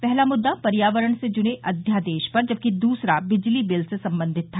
पहला मृद्दा पर्यावरण से जुडे अध्यादेश पर जबकि दूसरा बिजली बिल से संबंधित था